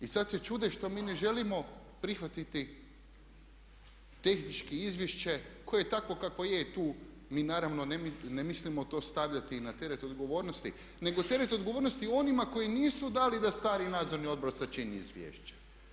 I sada se čude što mi ne želimo prihvatiti tehničko izvješće koje je takvo kakvo je i tu mi naravno ne mislimo to stavljati na teret odgovornosti nego teret odgovornosti onima koji nisu dali da stari Nadzorni odbor sačini izvješće.